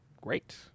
great